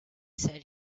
said